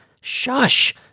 Shush